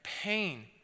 pain